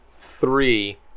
three